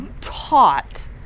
taught